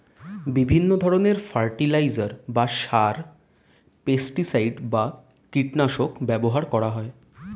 বিভিন্ন ধরণের ফার্টিলাইজার বা সার, পেস্টিসাইড বা কীটনাশক ব্যবহার করা হয়